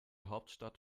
hauptstadt